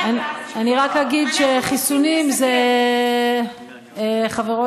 שזה מגוחך שאנחנו עומדות